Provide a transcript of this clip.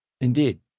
Indeed